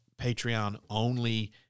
Patreon-only